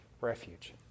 refuge